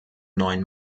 neuen